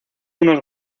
unos